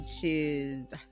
choose